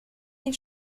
des